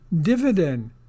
dividend